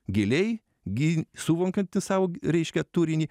giliai gi suvokiantis sau reiškia turinį